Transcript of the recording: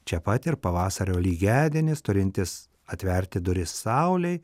čia pat ir pavasario lygiadienis turintis atverti duris saulei